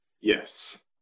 Yes